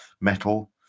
metal